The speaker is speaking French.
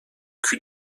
cul